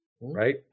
right